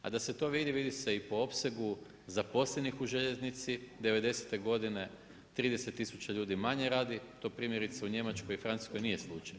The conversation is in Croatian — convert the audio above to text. A da se to vidi, vidi se i po opsegu zaposlenih u željeznici, '90.-te godine 30000 ljudi manje radi, to primjerice u Njemačkoj i Francuskoj nije slučaj.